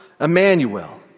Emmanuel